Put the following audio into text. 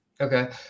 okay